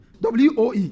woe